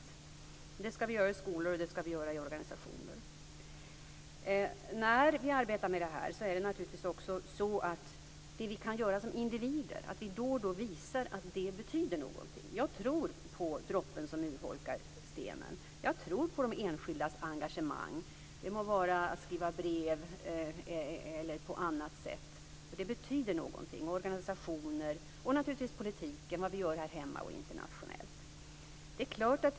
Det skall vi göra i skolor och i organisationer. När vi arbetar med detta är det naturligtvis angeläget att visa vad vi som individer kan göra och att det betyder någonting. Jag tror på detta med droppen som urholkar stenen. Jag tror också på de enskildas engagemang. Det må gälla att framföra saker i brev eller på annat sätt. Det betyder någonting. Det handlar då om organisationer och, naturligtvis, om politiken - vad vi gör här hemma och internationellt.